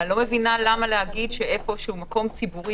אבל אני לא מבינה למה להגיד שמקום ציבורי,